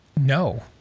No